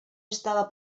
estaba